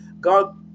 God